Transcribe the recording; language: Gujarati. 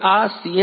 એન